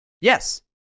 Yes